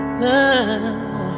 love